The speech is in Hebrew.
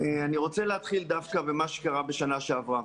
אני רוצה להתחיל דווקא במה שקרה בשנה שעברה.